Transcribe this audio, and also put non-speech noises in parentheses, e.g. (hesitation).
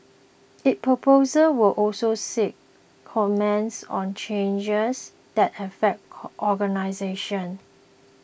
its proposals will also seek comments on changes that affect (hesitation) organisations